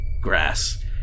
grass